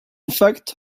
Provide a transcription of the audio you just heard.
fact